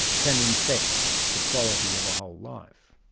can infect the quality of a whole life.